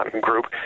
group